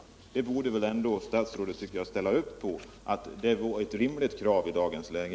Statsrådet borde väl ändå ställa upp på att det är ett rimligt krav i dagens läge.